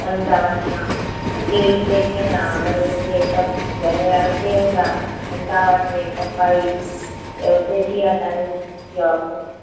अहमदाबाद मां अकेली हिते कीअं रहां वरी हुते सभु घर हुते हूंदा अहमदाबाद में पप्पा जी त हुते थी आहे सर्विस जॉब